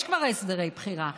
יש כבר הסדרי בחירה.